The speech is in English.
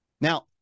Now